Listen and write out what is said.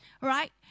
Right